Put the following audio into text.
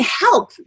help